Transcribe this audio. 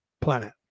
planet